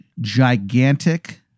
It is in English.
gigantic